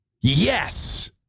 Yes